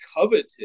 coveted